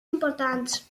importants